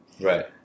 Right